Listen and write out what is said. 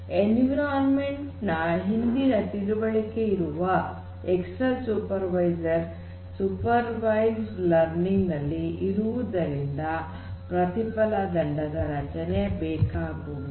environment ನ ಹಿಂದಿನ ತಿಳುವಳಿಕೆ ಇರುವಂತಹ external supervisor supervised learning ನಲ್ಲಿ ಇರುವುದರಿಂದ ಪ್ರತಿಫಲ ದಂಡದ ರಚನೆಯು ಬೇಕಾಗುವುದಿಲ್ಲ